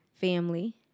Family